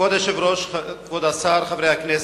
כבוד היושב-ראש, כבוד השר, חברי הכנסת,